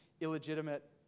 illegitimate